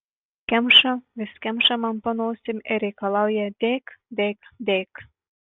kemša vis kemša man po nosim ir reikalauja dėk dėk dėk